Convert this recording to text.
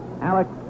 alex